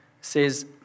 says